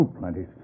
plenty